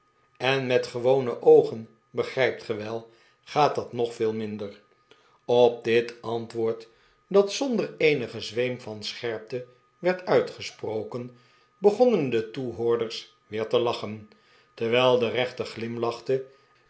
en met gewone oogen begrijpt ge wel gaat dat nog veel minder op dit antwoord dat zonder eenigen zweem van scherpte werd uitgesproken begonnen de toehoorders weer te lachen terwijl de rechter glimlachte